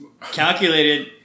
calculated